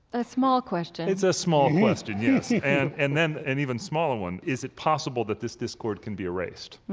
a small question it's a small question, yes. and and then then an even smaller one is it possible that this discord can be erased?